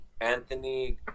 Anthony